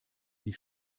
die